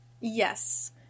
Yes